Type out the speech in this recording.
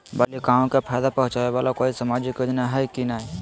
बालिकाओं के फ़ायदा पहुँचाबे वाला कोई सामाजिक योजना हइ की नय?